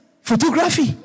photography